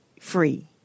free